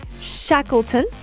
Shackleton